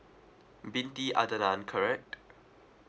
ibinti adnan correct